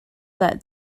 that